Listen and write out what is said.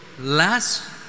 last